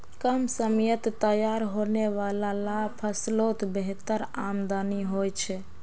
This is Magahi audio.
कम समयत तैयार होने वाला ला फस्लोत बेहतर आमदानी होछे